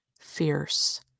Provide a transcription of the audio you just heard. fierce